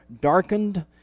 darkened